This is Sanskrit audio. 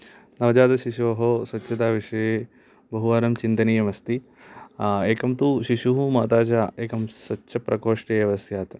नवजातशिशोः स्वच्छता विषये बहुवारं चिन्तनीयम् अस्ति एकं तु शिशुः माता च एकं स्वच्छप्रकोष्टे एव स्यात्